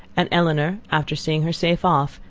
and elinor, after seeing her safe off,